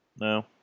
No